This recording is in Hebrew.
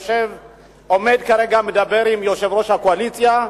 שעומד כרגע ומדבר עם יושב-ראש הקואליציה,